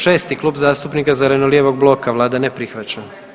6. Klub zastupnika zeleno-lijevog bloka vlada ne prihvaća.